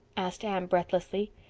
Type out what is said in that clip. asked anne breathlessly.